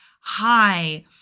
hi –